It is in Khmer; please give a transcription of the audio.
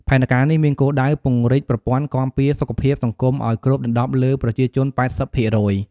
ផែនការនេះមានគោលដៅពង្រីកប្រព័ន្ធគាំពារសុខភាពសង្គមឱ្យគ្របដណ្ដប់លើប្រជាជន៨០%។